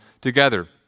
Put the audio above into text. together